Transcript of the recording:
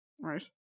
Right